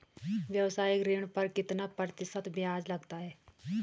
व्यावसायिक ऋण पर कितना प्रतिशत ब्याज लगता है?